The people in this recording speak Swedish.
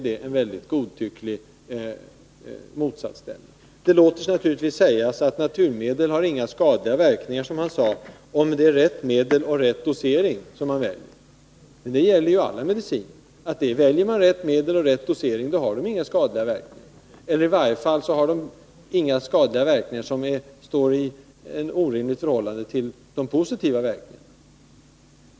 Det låter sig naturligtvis sägas att naturmedel inte har några skadliga verkningar, om man — som herr Gernandt sade — väljer rätt medel och rätt dosering. Men det gäller ju alla mediciner. Väljer man rätt medel och rätt dosering, har de inga skadliga verkningar, i varje fall har de inga skadliga verkningar som står i orimligt förhållande till de positiva verkningarna.